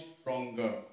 stronger